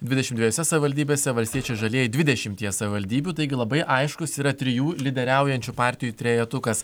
dvidešimt dvejose savivaldybėse valstiečiai žalieji dvidešimtyje savivaldybių taigi labai aiškus yra trijų lyderiaujančių partijų trejetukas